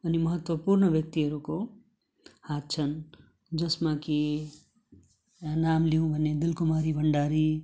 अनि महत्त्वपूर्ण व्यक्तिहरूको हात छन् जसमा कि यहाँ नाम लिउँ भने दिल कुमारी भन्डारी